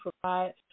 provide